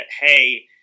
hey